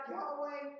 Yahweh